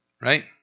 right